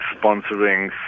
sponsoring